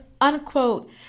unquote